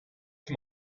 für